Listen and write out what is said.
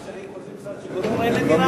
אחרי חמש שנים, אומרים: אין לי דירה.